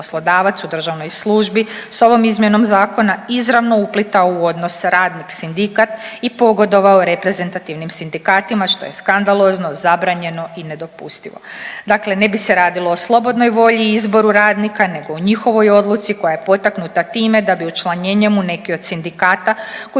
u državnoj službi sa ovom izmjenom zakona izravno uplitao u odnos radnik-sindikat i pogodovao reprezentativnim sindikatima što je skandalozno, zabranjeno i nedopustivo. Dakle, ne bi se radilo o slobodnoj volji i izboru radnika, nego o njihovoj odluci koja je potaknuta time da bi učlanjenjem u neki od sindikata koji